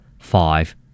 Five